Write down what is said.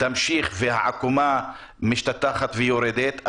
תמשיך והעקומה משתטחת ויורדת,